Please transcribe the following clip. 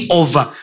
over